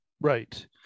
Right